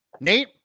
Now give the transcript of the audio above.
Nate